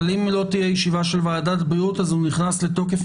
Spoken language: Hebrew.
אבל אם לא תהיה ישיבה של ועדת בריאות אז מתי הוא נכנס לתוקף?